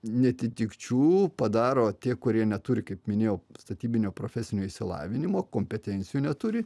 neatitikčių padaro tie kurie neturi kaip minėjau statybinio profesinio išsilavinimo kompetencijų neturi